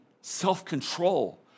self-control